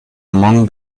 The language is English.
among